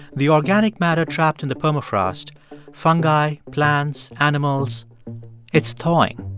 the organic matter trapped in the permafrost fungi, plants, animals it's thawing.